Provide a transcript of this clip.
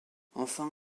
enfin